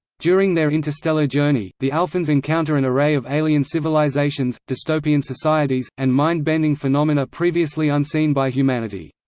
during their interstellar journey, the alphans encounter an array of alien civilizations, dystopian societies, and mind-bending phenomena previously unseen by humanity.